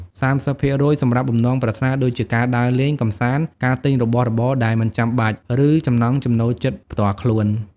៣០% សម្រាប់បំណងប្រាថ្នាដូចជាការដើរលេង កម្សាន្ត ការទិញរបស់របរដែលមិនចាំបាច់ ឬចំណង់ចំណូលចិត្តផ្ទាល់ខ្លួន។